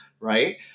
right